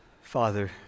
Father